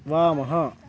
वामः